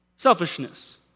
selfishness